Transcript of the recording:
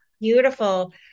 beautiful